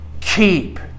keep